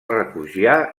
refugiar